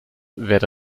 werde